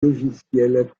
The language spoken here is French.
logiciels